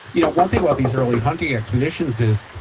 you know one thing about these early hunting expeditions is,